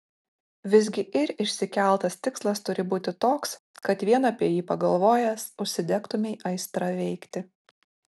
visgi ir išsikeltas tikslas turi būti toks kad vien apie jį pagalvojęs užsidegtumei aistra veikti